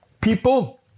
people